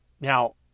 Now